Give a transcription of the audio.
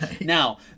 Now